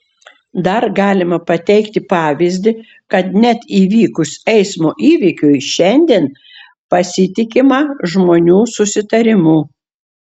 dar galime pateikti pavyzdį kad net įvykus eismo įvykiui šiandien pasitikima žmonių susitarimu